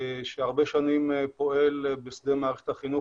הרבה שנים פועל בשדה מערכת החינוך